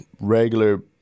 regular